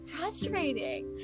frustrating